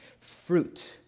fruit